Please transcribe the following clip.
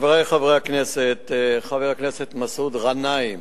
חברי חברי הכנסת, חבר הכנסת מסעוד גנאים,